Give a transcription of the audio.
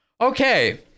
Okay